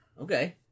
Okay